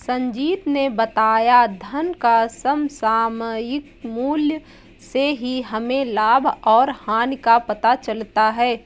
संजीत ने बताया धन का समसामयिक मूल्य से ही हमें लाभ और हानि का पता चलता है